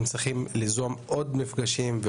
הם צריכים ליזום עוד מפגשים,